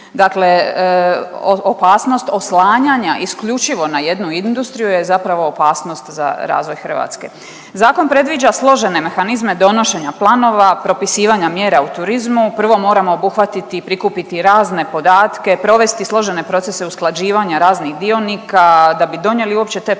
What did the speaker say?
Dakle, opasnost oslanjanja isključivo na jednu industriju je zapravo opasnost za razvoj Hrvatske. Zakon predviđa složene mehanizme donošenja planova, propisivanja mjera u turizmu. Prvo moramo obuhvatiti i prikupiti razne podatke, provesti složene procese usklađivanja raznih dionika da bi donijeli uopće te planove